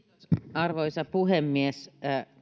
arvoisa puhemies